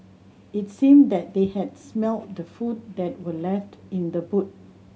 it seemed that they had smelt the food that were left in the boot